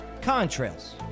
contrails